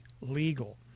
legal